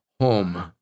home